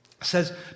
says